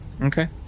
Okay